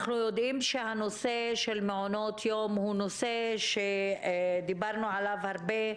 אנחנו יודעים שהנושא של מעונות יום הוא נושא שדיברנו עליו הרבה,